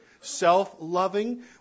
self-loving